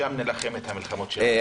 שם נילחם את המלחמות שלנו.